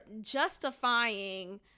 justifying